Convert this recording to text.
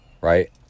right